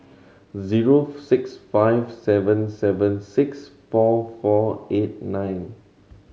zero six five seven seven six four four eight nine